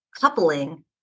coupling